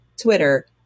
Twitter